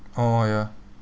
oh ya